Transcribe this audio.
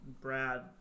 Brad